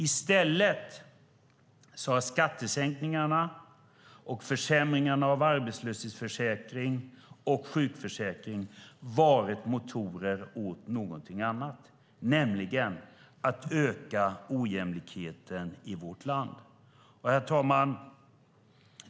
I stället har skattesänkningarna och försämringarna av arbetslöshetsförsäkringen och sjukförsäkringen varit motorer åt någonting annat, nämligen en ökad ojämlikhet i vårt land. Herr talman!